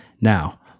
Now